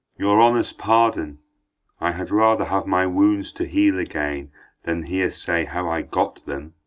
your honours' pardon i had rather have my wounds to heal again than hear say how i got them.